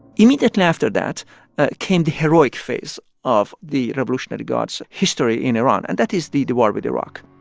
immediately after that that came the heroic phase of the revolutionary guard's history in iran, and that is the the war with iraq